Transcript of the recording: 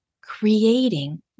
creating